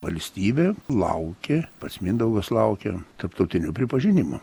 valstybė laukė pats mindaugas laukė tarptautinio pripažinimo